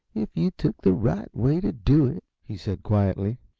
if you took the right way to do it, he said, quietly.